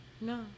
No